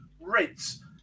Ritz